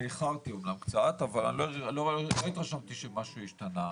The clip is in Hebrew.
אני איחרתי אמנם קצת אבל לא התרשמתי שמשהו השתנה.